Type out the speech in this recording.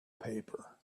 paper